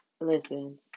Listen